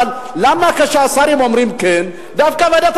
זה חשוב, אבל הציונות האמיתית